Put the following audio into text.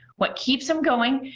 what keeps him going,